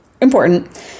important